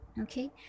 okay